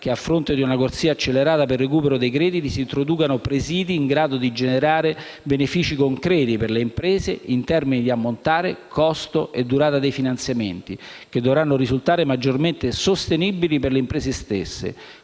che, a fronte di una corsia accelerata per il recupero dei crediti, si introducano presidi in grado di generare benefici concreti per le imprese in termini di ammontare, costo e durata dei finanziamenti, che dovranno risultare maggiormente sostenibili per le stesse